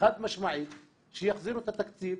חד משמעית שיחזירו את התקציב.